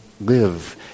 live